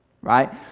right